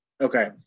Okay